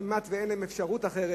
כמעט שאין להם אפשרות אחרת.